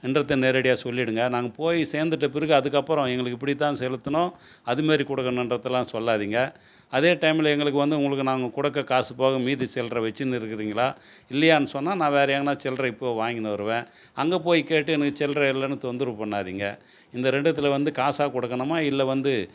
என்றதை நேரடியாக சொல்லிடுங்க நாங்கள் போய் சேர்ந்துட்ட பிறகு அதுக்கப்புறம் எங்களுக்கு இப்படித்தான் செலுத்தணும் அதுமாரி கொடுக்கணுன்றதெல்லாம் சொல்லாதிங்க அதே டைமில் எங்களுக்கு வந்து உங்களுக்கு நாங்கள் கொடுக்குற காசு போக மீதி சில்லரை வச்சுன்னுருக்குறீங்களா இல்லையானு சொன்னால் நான் வேறு எங்கேனா சில்லரை இப்போவே வாங்கின்னு வருவேன் அங்கே போய் கேட்டு எனக்கு சில்லரை இல்லைன்னு தொந்தரவு பண்ணாதீங்க இந்த ரெண்டுத்தில் வந்து காசாக கொடுக்கணுமா இல்லை வந்து